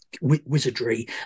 wizardry